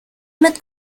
mit